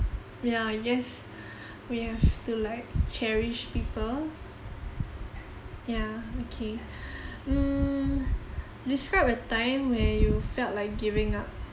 ya I guess we have to like cherish people yeah okay mm describe a time where you felt like giving up